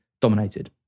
dominated